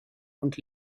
und